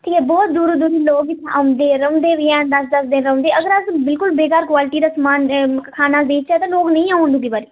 ते बहोत दूर दूर दा लोग इत्थें औंदे रौहंदे बी हैन ते अगर बगैर क्वालिटी दा इत्थें समान खाना देचै ते लोग नेईं औंदे दूई बारी